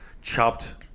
chopped